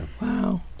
Wow